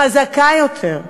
חזקה יותר,